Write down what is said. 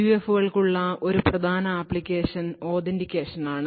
PUF കൾക്കുള്ള ഒരു പ്രധാന ആപ്ലിക്കേഷൻ authentication നാണ്